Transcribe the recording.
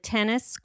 Tennis